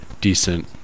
decent